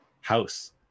house